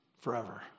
Forever